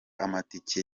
amatike